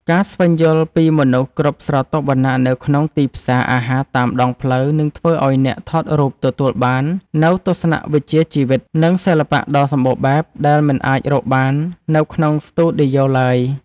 ការស្វែងយល់ពីមនុស្សគ្រប់ស្រទាប់វណ្ណៈនៅក្នុងទីផ្សារអាហារតាមដងផ្លូវ នឹងធ្វើឱ្យអ្នកថតរូបទទួលបាននូវទស្សនវិជ្ជាជីវិត និងសិល្បៈដ៏សម្បូរបែបដែលមិនអាចរកបាននៅក្នុងស្ទូឌីយោឡើយ។